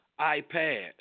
iPad